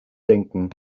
denken